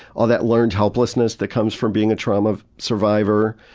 all that learned helplessness that comes from being a trauma survivor.